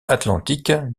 atlantique